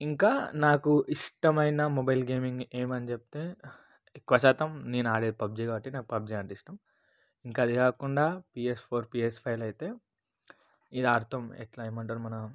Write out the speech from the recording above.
ఇంకా నాకు ఇష్టమైన మొబైల్ గేమింగ్ ఏమని చెప్తే ఎక్కువ శాతం నేను ఆడేది పబ్జి కాబట్టి నాకు పబ్జి అంటే ఇష్టం ఇంకా అది కాకుండా పిఎస్ ఫోర్ పిఎస్ ఫైవ్ అయితే ఇది ఆడుతాం ఎట్లా ఏమంటారు మన